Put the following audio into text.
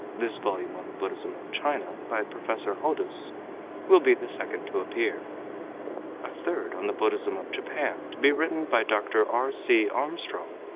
this volume on the buddhism of china by professor hodous will be the second to appear a third on the buddhism of japan, to be written by dr. r. c. armstrong,